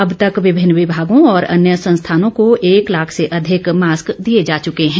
अब तक विभिन्न विभागों और अन्य संस्थानों को एक लाख से अधिक मास्क दिए जा चुके हैं